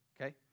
Okay